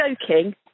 joking